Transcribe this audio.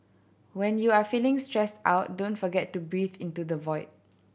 when you are feeling stressed out don't forget to breathe into the void